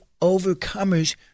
overcomers